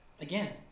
Again